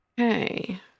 Okay